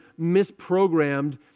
misprogrammed